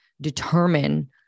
determine